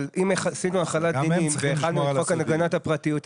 אבל אם עשינו החלת דינים ואחד מהם זה חוק הגנת הפרטיות,